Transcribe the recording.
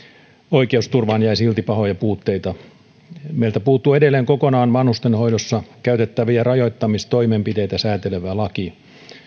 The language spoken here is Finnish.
oikeusturvaan jäi silti pahoja puutteita meiltä puuttuu edelleen kokonaan vanhustenhoidossa käytettäviä rajoittamistoimenpiteitä säätelevä laki